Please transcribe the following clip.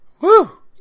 Woo